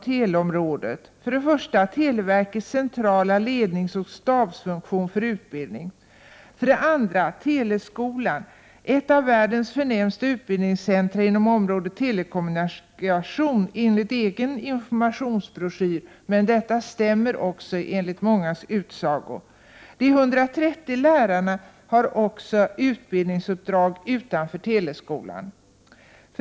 B. Teleskolan —”ett av världens förnämsta utbildningscenter inom området telekommunikation” enligt egen informationsbroschyr, men detta stämmer också enligt mångas utsagor. De 130 lärarna har också utbildningsuppdrag utanför teleskolan.